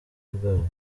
bwabo